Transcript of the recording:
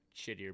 shittier